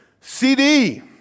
CD